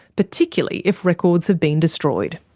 particularly if records have been destroyed.